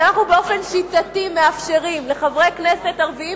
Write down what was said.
כשאנחנו באופן שיטתי מאפשרים לחברי כנסת ערבים